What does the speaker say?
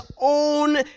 own